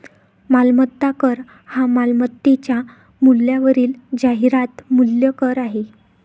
मालमत्ता कर हा मालमत्तेच्या मूल्यावरील जाहिरात मूल्य कर आहे